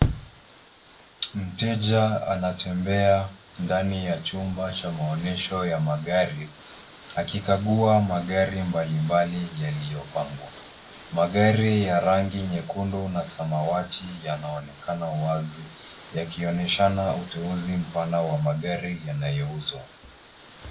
Mteja anatembea ndani ya chumba cha maonyesho ya magari akikagua magari mbalimbali yaliyopangwa. Magari ya rangi nyekundu na samawati yanaonekana wazi yakionyeshana uteuzi mpana wa magari yanayouzwa.